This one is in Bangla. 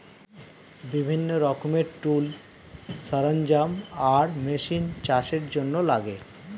বিভিন্ন রকমের টুলস, সরঞ্জাম আর মেশিন চাষের জন্যে লাগে